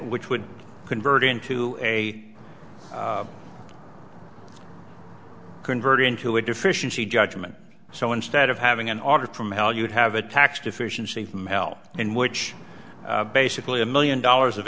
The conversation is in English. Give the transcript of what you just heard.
which would convert into a convert into a deficiency judgment so instead of having an order from hell you would have a tax deficiency from hell in which basically a million dollars of